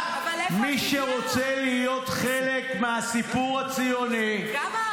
מי שרוצה להיות חלק מהסיפור הציוני -- איפה השוויון?